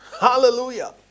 hallelujah